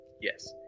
Yes